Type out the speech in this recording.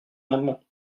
amendement